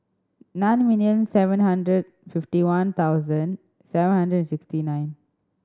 nine million seven hundred fifty one thousand seven hundred sixty nine